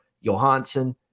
Johansson